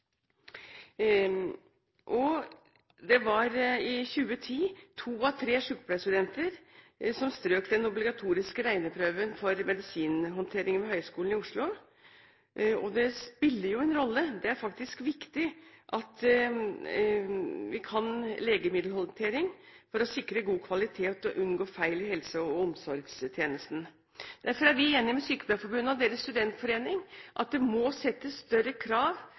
Det var i 2010 to av tre sykepleierstudenter som strøk til den obligatoriske regneprøven for medisinhåndtering ved Høgskolen i Oslo. Det spiller en rolle, det er faktisk viktig at vi kan legemiddelhåndtering for å sikre god kvalitet og unngå feil i helse- og omsorgstjenesten. Derfor er vi enig med Sykepleierforbundet og deres studentforening i at det må stilles større krav